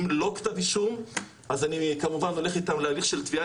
אם לא כתב אישום אז אני כמובן הולך איתם להליך של תביעה